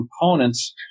components